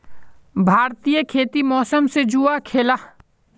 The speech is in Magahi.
भारतीय खेती मौसम से जुआ खेलाह